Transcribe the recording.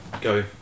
go